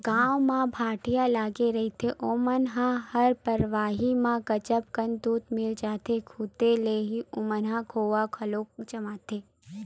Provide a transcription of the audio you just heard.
गाँव म पहाटिया लगे रहिथे ओमन ल हर बरवाही के गजब कन दूद मिल जाथे, खुदे ले ही ओमन ह खोवा घलो जमाथे